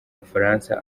bufaransa